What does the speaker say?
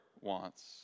wants